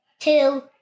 Two